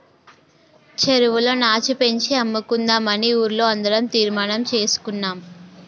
చెరువులో నాచు పెంచి అమ్ముకుందామని ఊర్లో అందరం తీర్మానం చేసుకున్నాం